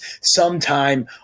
sometime